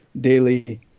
daily